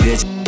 Bitch